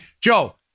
joe